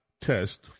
test